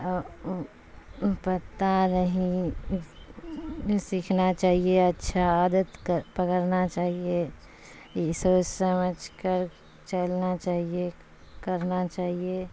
پتا نہیں سیکھنا چاہیے اچھا عادت پکڑنا چاہیے یہ سوچ سمجھ کر چلنا چاہیے کرنا چاہیے